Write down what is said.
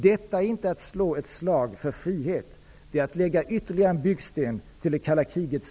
Detta är inte att slå ett slag för frihet. Det är att lägga ytterligare en byggsten till det kalla krigets